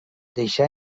deixà